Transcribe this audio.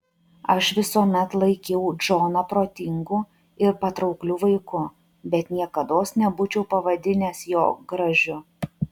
aš visuomet laikiau džoną protingu ir patraukliu vaiku bet niekados nebūčiau pavadinęs jo gražiu